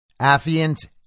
Affiant